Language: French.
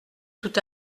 tout